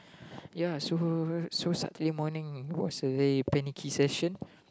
ya so so Saturday morning was a day panicky session